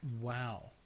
Wow